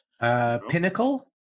Pinnacle